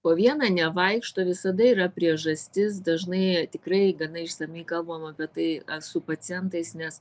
po vieną nevaikšto visada yra priežastis dažnai tikrai gana išsamiai kalbama apie tai su pacientais nes